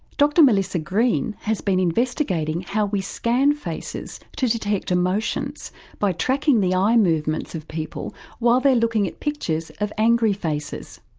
dr melissa green has been investigating how we scan faces to detect emotions by tracking the eye movements of people while they are looking at pictures of angry faces.